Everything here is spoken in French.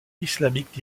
islamique